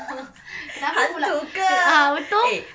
nampak pula a'ah betul